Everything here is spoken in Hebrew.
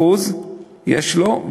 יש לו,